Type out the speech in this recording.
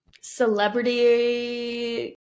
celebrity